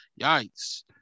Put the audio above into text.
yikes